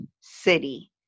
city